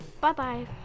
Bye-bye